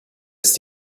ist